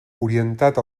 orientat